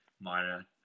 minor